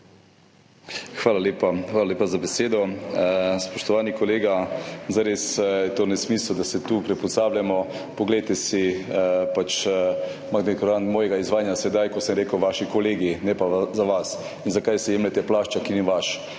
Hvala lepa za besedo. Spoštovani kolega, zares je nesmisel, da se tu prepucavamo. Poglejte si magnetogram mojega izvajanja sedaj, ko sem rekel vaši kolegi, ne pa za vas. Zakaj si jemljete plašč, ki ni vaš?